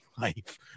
life